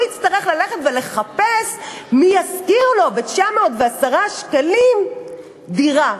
הוא יצטרך ללכת ולחפש מי ישכיר לו ב-910 שקלים דירה.